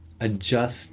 adjust